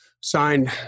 signed